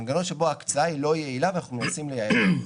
מנגנון שבו ההקצאה היא לא יעילה ואנחנו מנסים לייעל אותה.